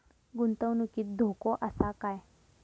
गुंतवणुकीत धोको आसा काय?